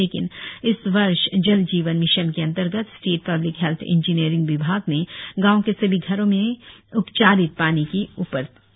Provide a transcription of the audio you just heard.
लेकिन इस वर्ष जल जीवन मिशन के अंतर्गत स्टेट पब्लिक हेल्थ इंजीनियरिंग विभाग ने गांव के सभी घरों में उपचारित पानी की आपूर्ति की